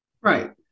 right